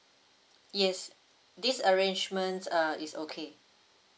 yes this arrangements err is okay